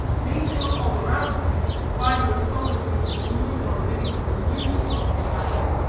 nature all around him by her solitudes wooing or bidding him muse upon this matter,